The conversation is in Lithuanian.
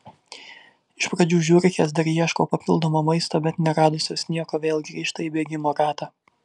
iš pradžių žiurkės dar ieško papildomo maisto bet neradusios nieko vėl grįžta į bėgimo ratą